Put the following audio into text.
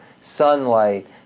sunlight